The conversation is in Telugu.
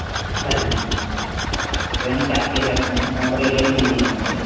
సరే అండి ఇవన్నీ ప్యాక్ చేస్తాను కౌంటర్లోకి వెళ్ళి బిల్లు తీసుకోండి